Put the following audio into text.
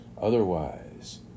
Otherwise